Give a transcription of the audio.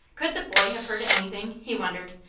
could the boy have heard anything? he wondered,